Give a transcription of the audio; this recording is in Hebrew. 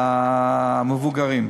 למבוגרים.